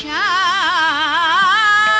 aa